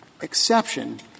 exception